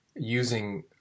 Using